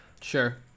Sure